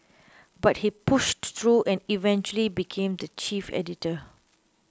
but he pushed through and eventually became the chief editor